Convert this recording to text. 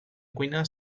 cuina